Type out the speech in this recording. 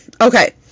Okay